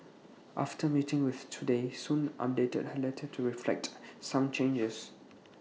after meeting with Today Soon updated her letter to reflect some changes